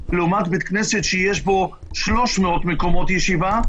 לעומת בית כנסת שיש בו 300 מקומות ישיבה,